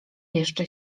jeszcze